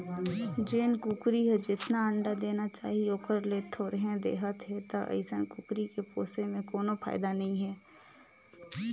जेन कुकरी हर जेतना अंडा देना चाही ओखर ले थोरहें देहत हे त अइसन कुकरी के पोसे में कोनो फायदा नई हे